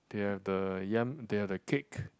they have the yam they have the cake